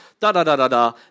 da-da-da-da-da